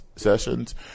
Sessions